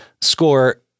score